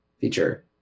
feature